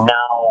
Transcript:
Now